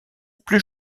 plus